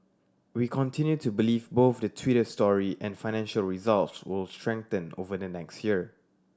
we continue to believe both the Twitter story and financial results will strengthen over the next year